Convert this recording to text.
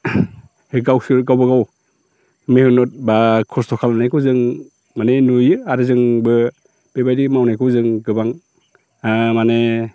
गावसोर गावबागाव मेहनत बा खस्थ खालामनायखौ जों माने नुयो आरो जोंबो बेबायदि मावनायखौ जों गोबां ओ माने